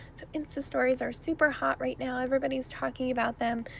so instastories are super hot right now, everybody's talking about them.